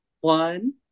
One